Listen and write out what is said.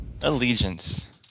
Allegiance